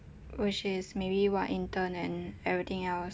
which is maybe what intern and everything else